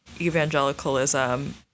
evangelicalism